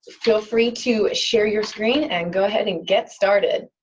feel free to share your screen and go ahead and get started.